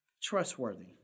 Trustworthy